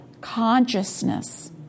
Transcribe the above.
consciousness